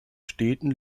städten